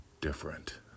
different